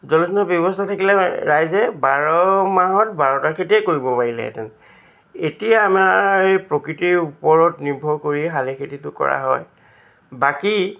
জলসিঞ্চনৰ ব্যৱস্থা থাকিলে ৰাইজে বাৰ মাহত বাৰটা খেতিয়ে কৰিব পাৰিলেহেঁতেন এতিয়া আমাৰ প্ৰকৃতিৰ ওপৰত নিৰ্ভৰ কৰি শালি খেতিটো কৰা হয় বাকী